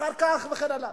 אחר כך, וכן הלאה.